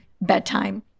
bedtime